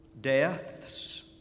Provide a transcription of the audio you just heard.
deaths